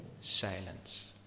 silence